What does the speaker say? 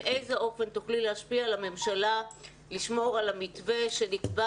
באיזה אופן תוכלי להשפיע על הממשלה לשמור על המתווה שנקבע